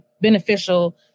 beneficial